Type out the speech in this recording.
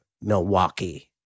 Milwaukee